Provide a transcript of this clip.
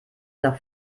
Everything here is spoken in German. nach